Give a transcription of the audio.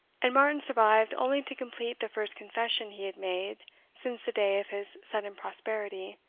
and martin survived only to complete the first confession he had made since the day of his sudden prosperity,